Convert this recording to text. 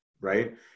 right